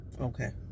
Okay